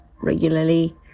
regularly